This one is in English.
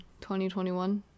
2021